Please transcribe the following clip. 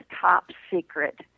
top-secret